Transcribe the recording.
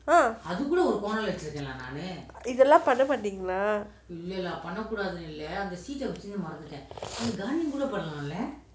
ha இதெல்லாம் பண்ண மாட்டிங்களா:ithellam panna maatingala